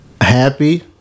happy